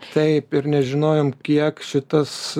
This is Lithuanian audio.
taip ir nežinojom kiek šitas